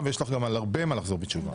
ויש לך גם על הרבה מה לחזור בתשובה.